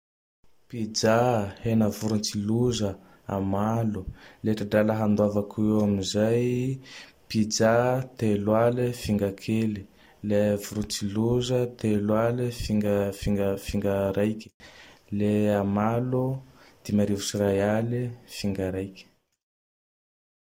Pizza, hena vorotsiloza, amalo. Le ty drala andoavako amizay, pizza telo aly finga kely. Le Vorotsiloza telo aly finga-finga-finga raike. Le amalo dimy arivo sy ray ale finga raike.